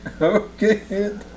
Okay